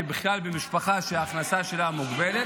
ובכלל במשפחה שההכנסה שלה מוגבלת.